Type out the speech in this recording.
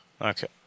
Okay